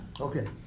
Okay